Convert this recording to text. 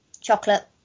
chocolate